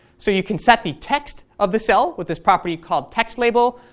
so you can set the text of the cell with this property called text label.